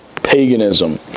Paganism